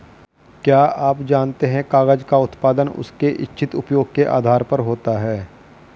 क्या आप जानते है कागज़ का उत्पादन उसके इच्छित उपयोग के आधार पर होता है?